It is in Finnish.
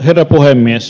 herra puhemies